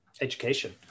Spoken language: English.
Education